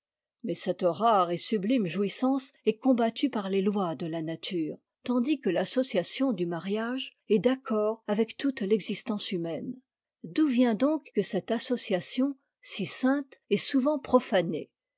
mais cette rare et sublime jouissance est combattue par les lois de la nature tandis que l'association du mariage est d'accord avec toute l'existence humaine d'où vient donc que cette association si sainte est si souvent profanée